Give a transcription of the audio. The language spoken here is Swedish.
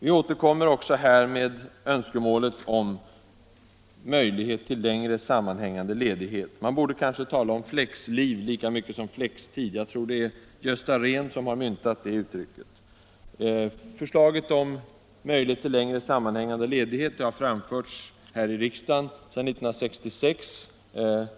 Vi återkommer också i detta sammanhang med önskemålet om längre sammanhängande ledighet. Man borde kanske tala om ”flexliv” lika mycket som om flextid. Jag tror att det är Gösta Rehn som har myntat det uttrycket. Förslaget om möjlighet till längre sammanhängande ledighet har framförts här i riksdagen sedan 1966.